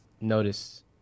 notice